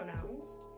pronouns